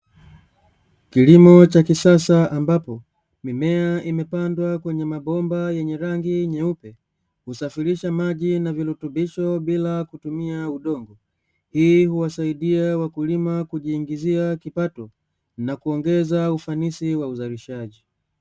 Kilimo cha kisasa ambapo mimea imepandwa kwenye mabomba yenye rangi nyeupe usafirisha maji na virutubisho bila kutumia udongo, hii huwasaidia wakulima kujiingizia kipato na kuongeza ufanisi wa uzalishaji.